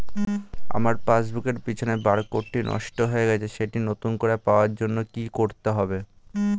আমার পাসবুক এর পিছনে বারকোডটি নষ্ট হয়ে গেছে সেটি নতুন করে পাওয়ার জন্য কি করতে হবে?